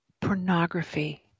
pornography